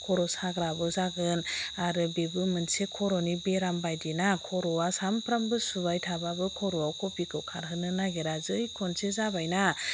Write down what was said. खर' साग्राबो जागोन आरो बेबो मोनसे खर'नि बेराम बायदि ना खर'आ सानफ्रोमबो सुबाय थाबाबो खर'आव खावफिखौ खारहोनो नागिरा जै खनसे जाबायना